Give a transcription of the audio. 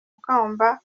ugomba